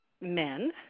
men